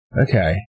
Okay